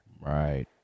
Right